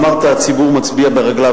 אמרת, הציבור מצביע ברגליו.